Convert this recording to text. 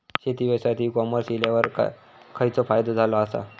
शेती व्यवसायात e commerce इल्यावर खयचो फायदो झालो आसा?